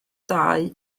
ddau